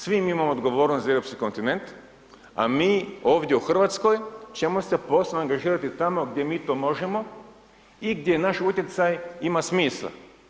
Svi mi imamo odgovornost za europski kontinent, a mi ovdje u Hrvatskoj ćemo se posebno angažirati tamo gdje mi to možemo i gdje naš utjecaj ima smisla.